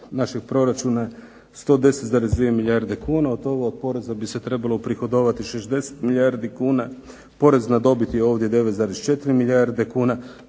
našeg proračuna 110,2 milijarde kuna, od toga od poreza bi se trebalo uprihodovati 60 milijardi kuna, porez na dobit je ovdje 9,4 milijarde kuna